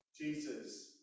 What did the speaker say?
Jesus